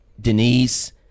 Denise